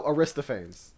Aristophanes